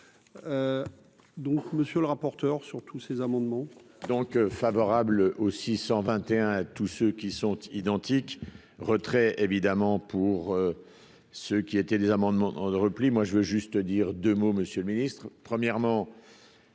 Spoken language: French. donc monsieur le rapporteur sur tous ces amendements.